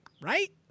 right